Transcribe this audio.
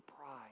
pride